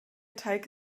teig